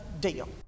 deal